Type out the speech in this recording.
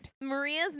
Maria's